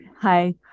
Hi